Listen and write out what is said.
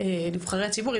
נבחרי הציבור,